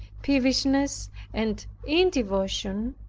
peevishness and indevotion,